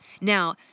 Now